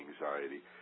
anxiety